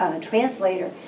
translator